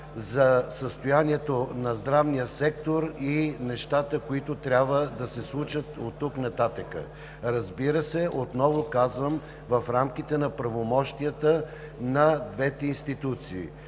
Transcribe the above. за състоянието на здравния сектор и нещата, които трябва да се случат, оттук нататък. Разбира се, отново казвам, в рамките на правомощията на двете институции.